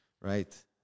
right